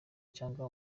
cyangwa